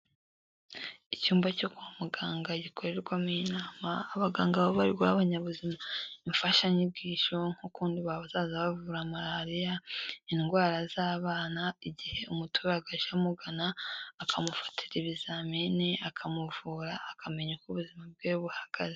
Icyumba cyo kwa muganga gikorerwamo inama, abaganga baba bari guha abanyabuzima imfashanyigisho nk'ukuntu bazaza bavura malariya, indwara z'abana, igihe umuturage aje amugana akamufatira ibizamini, akamuvura akamenya uko ubuzima bwiwe buhagaze.